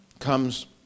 comes